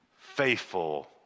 faithful